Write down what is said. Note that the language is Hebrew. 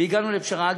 והגענו לפשרה.